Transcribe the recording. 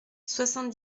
soixante